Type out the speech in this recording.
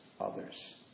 others